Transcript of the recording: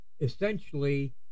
Essentially